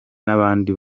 n’abandi